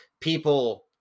people